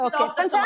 Okay